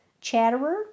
Chatterer